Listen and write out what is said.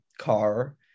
car